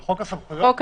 לא.